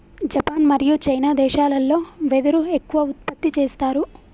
Japan మరియు China దేశాలల్లో వెదురు ఎక్కువ ఉత్పత్తి చేస్తారు